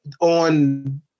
on